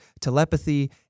telepathy